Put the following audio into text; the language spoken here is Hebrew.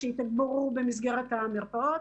שיתגברו במסגרת המרפאות.